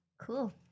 cool